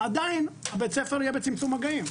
עדייך בית הספר יהיה בצמצום מגעים,